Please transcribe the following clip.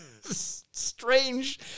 strange